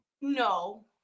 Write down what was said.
no